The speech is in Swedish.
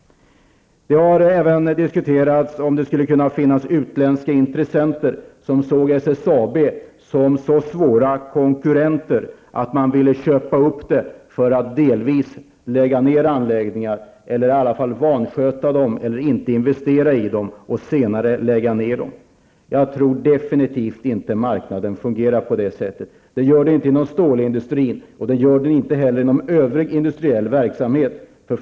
Det har även diskuterats om det kan finnas utländska intressenter som ser SSAB som en så svår konkurrent att man vill köpa upp företaget för att delvis lägga ned anläggningar eller åtminstone vansköta dem, inte investera i dem och senare lägga ned dem. Jag tror definitivt inte att marknaden fungerar på det sättet. Det gör den inte inom stålindustrin och det gör den inte inom övriga industriella verksamheter.